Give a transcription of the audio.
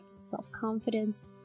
self-confidence